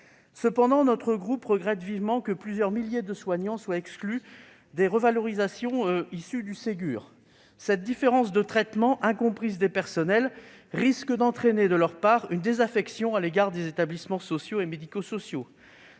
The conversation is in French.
Toutefois, notre groupe regrette vivement que plusieurs milliers de soignants soient exclus des revalorisations issues du Ségur. Cette différence de traitement, incomprise des personnels, risque d'entraîner une désaffection de leur part à l'égard des établissements sociaux et médico-sociaux.